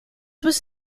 was